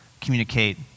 communicate